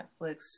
Netflix